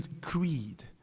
creed